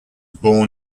born